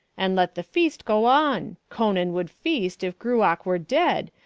and let the feast go on conan would feast if gruach were dead,